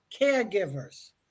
caregivers